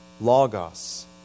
logos